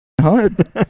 hard